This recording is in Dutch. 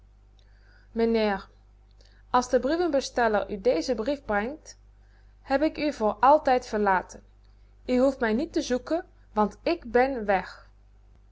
mijneer as de brievebesteller u deze brief brengt heb ik u voor altijd verlaten u hoeft mijn niet te zoeken want ik ben weg